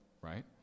right